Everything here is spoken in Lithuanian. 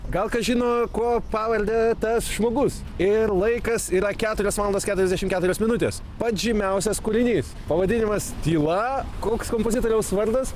gal kas žino kuo pavarde tas žmogus ir laikas yra keturios valandos keturiasdešimt keturios minutės pats žymiausias kūrinys pavadinimas tyla koks kompozitoriaus vardas